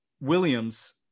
williams